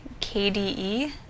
KDE